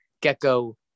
gecko